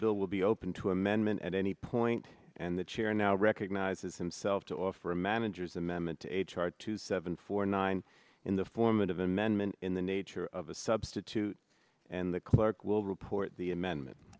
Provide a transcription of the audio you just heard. bill will be open to amendment at any point and the chair now recognizes himself to offer a manager's amendment to a chart two seven four nine in the formative amendment in the nature of a substitute and the clerk will report the amendment